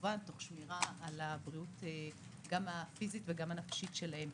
כמובן תוך שמירה על הבריאות הפיסית והנפשית שלהם.